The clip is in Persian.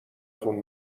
تون